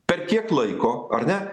per kiek laiko ar ne